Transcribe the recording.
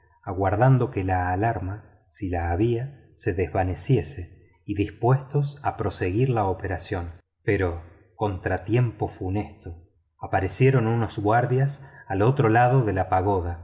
aguardando que la alarma si la había se desvaneciese y dispuestos a proseguir la operación pero contratiempo funesto aparecieron unos guardias al otro lado de la pagoda